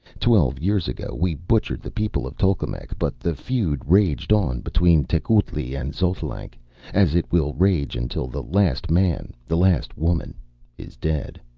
twelve years ago we butchered the people of tolkemec, but the feud raged on between tecuhltli and xotalanc, as it will rage until the last man, the last woman is dead.